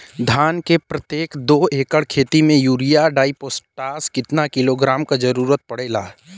धान के प्रत्येक दो एकड़ खेत मे यूरिया डाईपोटाष कितना किलोग्राम क जरूरत पड़ेला?